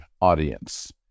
audience